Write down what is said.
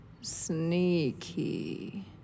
Sneaky